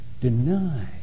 Deny